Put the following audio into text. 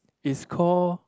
is call